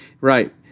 Right